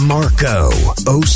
Marco